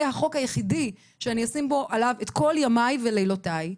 החוק היחידי שאני אשים עליו את כל ימיי ולילותיי,